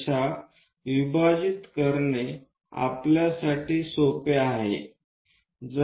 रेखा विभाजित करणे आपल्यासाठी सोपे आहे